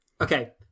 Okay